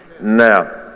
Now